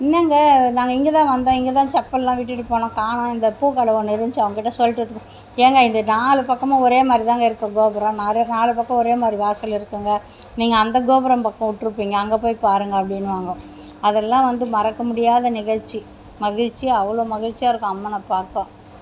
என்னங்க நாங்கள் இங்கேதான் வந்தோம் இங்கேதான் செப்பல்லாம் விட்டுவிட்டு போனோம் காணோம் இந்த பூக்கடை ஒன்று இருந்துச்சி அவங்கிட்ட சொல்லிட்டு விட்டுவிட்டு ஏங்க இங்கே நாலு பக்கமும் ஒரே மாதிரி தாங்க இருக்கும் கோபுரம் நிறையா நாலு பக்கம் ஒரே மாதிரி வாசல் இருக்கும்ங்க நீங்கள் அந்த கோபுரம் பக்கம் விட்ருப்பீங்க அங்கே போய் பாருங்கள் அப்படின்னுவாங்கோ அதெல்லாம் வந்து மறக்க முடியாத நிகழ்ச்சி மகிழ்ச்சி அவ்வளோ மகிழ்ச்சியாக இருக்கும் அம்மனை பார்க்க